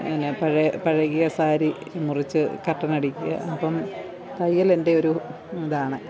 പിന്നെ പഴയ പഴകിയ സാരി മുറിച്ച് കർട്ടനടിക്കുക അപ്പോള് തയ്യൽ എൻ്റെ ഒരു ഇതാണ്